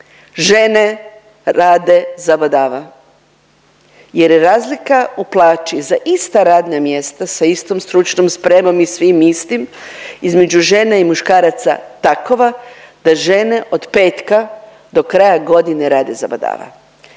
žene rade zabadava, jer je razlika u plaći za ista radna mjesta sa istom stručnom spremom i svim istim između žene i muškaraca takova da žene od petka do kraja godine rade zabadava.